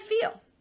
feel